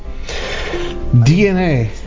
DNA